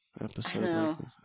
episode